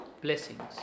blessings